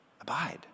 Abide